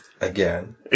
again